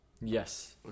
Yes